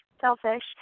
selfish